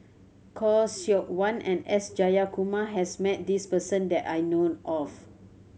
Khoo Seok Wan and S Jayakumar has met this person that I know of